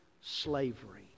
slavery